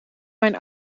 mijn